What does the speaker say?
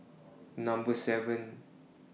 Number seven